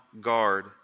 guard